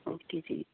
okay ਜੀ